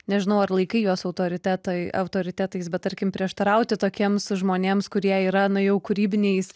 nežinau ar laikai juos autoritetai autoritetais bet tarkim prieštarauti tokiems žmonėms kurie yra na jau kūrybiniais